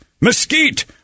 mesquite